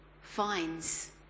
finds